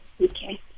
Okay